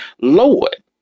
Lord